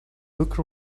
book